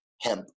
hemp